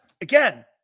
again